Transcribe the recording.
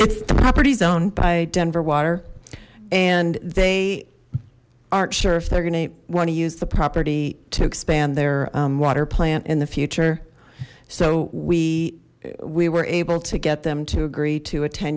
it's properties owned by denver water and they aren't sure if they're gonna want to use the property to expand their water plant in the future so we we were able to get them to agree to a ten